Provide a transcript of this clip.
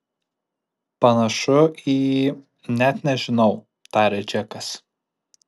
panašu į net nežinau tarė džekas